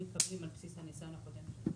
לא מתקבלים על בסיס הניסיון הקודם.